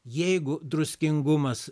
jeigu druskingumas